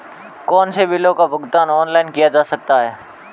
कौनसे बिलों का भुगतान ऑनलाइन किया जा सकता है?